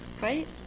Right